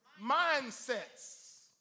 mindsets